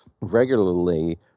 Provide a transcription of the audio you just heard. regularly